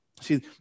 See